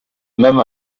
même